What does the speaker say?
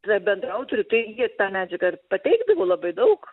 tarp bendraautorių tai jie tą medžiagą ir pateiktdavo labai daug